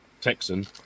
Texan